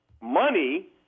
money